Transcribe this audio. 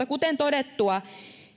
kuten todettua